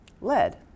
Lead